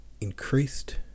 increased